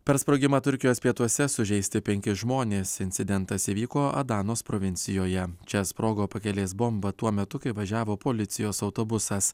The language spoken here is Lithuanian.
per sprogimą turkijos pietuose sužeisti penki žmonės incidentas įvyko adanos provincijoje čia sprogo pakelės bomba tuo metu kai važiavo policijos autobusas